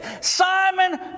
Simon